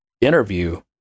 interview